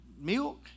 Milk